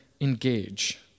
engage